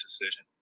decision